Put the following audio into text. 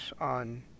on